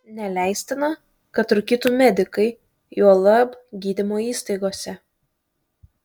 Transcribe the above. neleistina kad rūkytų medikai juolab gydymo įstaigose